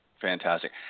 Fantastic